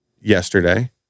yesterday